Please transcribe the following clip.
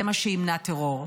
זה מה שימנע טרור.